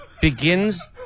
Begins